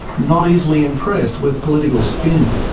not easily impressed with political spin.